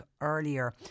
earlier